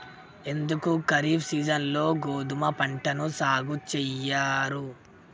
ఎందుకు ఖరీఫ్ సీజన్లో గోధుమ పంటను సాగు చెయ్యరు?